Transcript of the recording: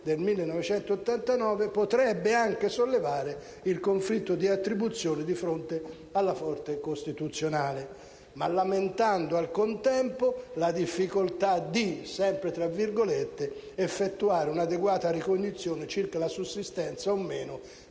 del 1989, potrebbe anche sollevare il conflitto di attribuzione di fronte alla Corte costituzionale», ma lamentando al contempo la difficoltà di «effettuare un'adeguata ricognizione circa la sussistenza o meno